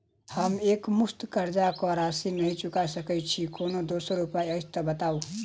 हम एकमुस्त कर्जा कऽ राशि नहि चुका सकय छी, कोनो दोसर उपाय अछि तऽ बताबु?